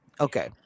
Okay